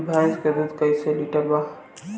भैंस के दूध कईसे लीटर बा?